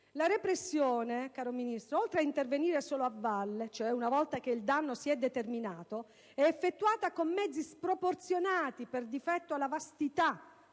La repressione, caro Ministro, oltre ad intervenire solo a valle, cioè una volta che il danno si è determinato, è effettuata con mezzi sproporzionati per difetto alla vastità